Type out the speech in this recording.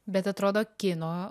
bet atrodo kino